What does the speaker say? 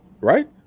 Right